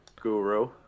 guru